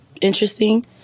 interesting